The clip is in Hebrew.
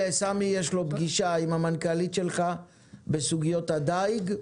לסמי יש פגישה עם המנכ"לית שלך בסוגיות הדיג.